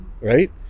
right